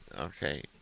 Okay